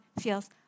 feels